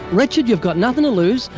richard, you've got nothing to lose.